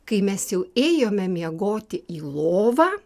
kai mes jau ėjome miegoti į lovą